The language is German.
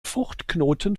fruchtknoten